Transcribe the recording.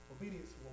Obedience